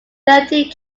thirteen